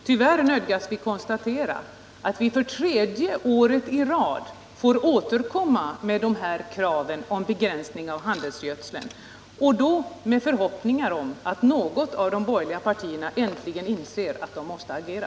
Tyvärr nödgas vi konstatera att vi för tredje året i rad måste återkomma med kraven på begränsningar av handelsgödselanvändningen. Vi återkommer med förhoppningen att något av de borgerliga partierna äntligen inser att det måste agera.